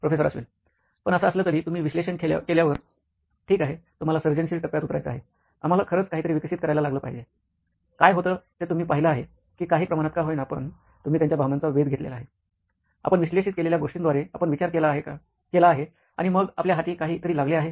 professor Ashwin पण असं असलं तरी तुम्ही विश्लेषण केल्यावर ठीक आहे तुम्हाला सर्जनशील टप्प्यात उतरायचं आहे आम्हाला खरंच काहीतरी विकसित करायला लागलं पाहिजे काय होतं ते तुम्ही पाहिलं आहे की काही प्रमाणात का होईना पण तुम्ही त्यांच्या भावनांचा वेध घेतलेला आहे आपण विश्लेषित केलेल्या गोष्टींद्वारे आपण विचार केला आहे आणि मग आपल्या हाती काही तरी लागले आहे